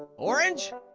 orange?